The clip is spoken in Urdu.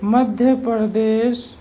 مدھیہ پردیش